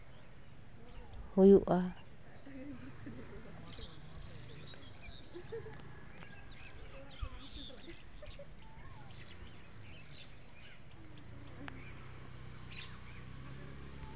ᱦᱩᱭᱩᱜᱼᱟ